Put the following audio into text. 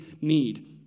need